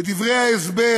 בדברי ההסבר